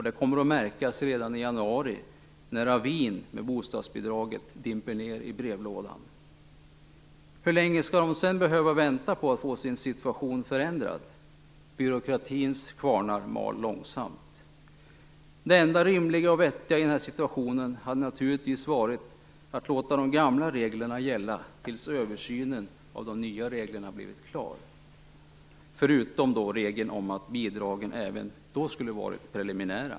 Det kommer att märkas redan i januari när avin med bostadsbidraget dimper ner i brevlådan. Hur länge skall de sedan behöva vänta på att få sin situation förändrad? Byråkratins kvarnar mal långsamt. Det enda rimliga och vettiga i den här situationen hade naturligtvis varit att låta de gamla reglerna gälla tills översynen av de nya reglerna blivit klar, förutom regeln om att bidragen även då skulle ha varit preliminära.